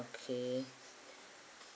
okay